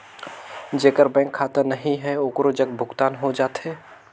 जेकर बैंक खाता नहीं है ओकरो जग भुगतान हो जाथे?